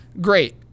great